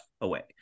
away